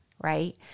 right